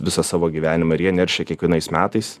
visą savo gyvenimą ir jie neršia kiekvienais metais